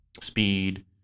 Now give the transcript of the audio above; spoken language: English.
speed